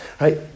right